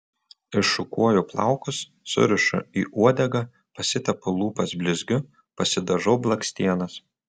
iššukuoju plaukus surišu į uodegą pasitepu lūpas blizgiu pasidažau blakstienas